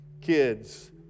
kids